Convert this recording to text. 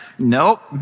Nope